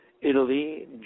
Italy